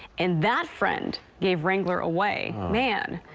and that friend gave wrangler away. man.